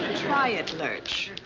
try it, lurch.